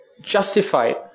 justified